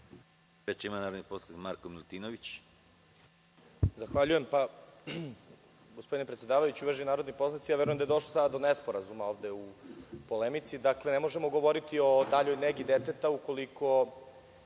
Reč ima narodni poslanik Marko Milutinović.